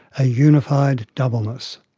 a unified doubleness.